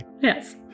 Yes